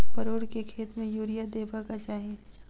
परोर केँ खेत मे यूरिया देबाक चही?